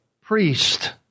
priest